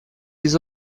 des